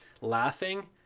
laughing